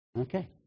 Okay